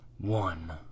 one